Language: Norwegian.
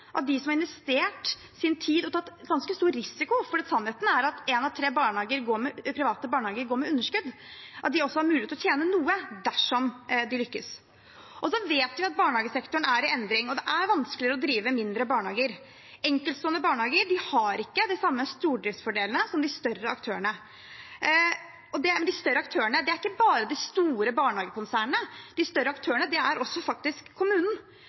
at ikke de, som har investert sin tid og tatt ganske stor risiko – for sannheten er at én av tre private barnehager går med underskudd – også har mulighet til å tjene noe dersom de lykkes. Vi vet at barnehagesektoren er i endring. Det er vanskeligere å drive mindre barnehager. Enkeltstående barnehager har ikke de samme stordriftsfordelene som de større aktørene. Men «de større aktørene» er ikke bare de store barnehagekonsernene. De større aktørene er også kommunen. Det Moxnes unnlater å nevne, er at også kommunen